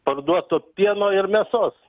parduoto pieno ir mėsos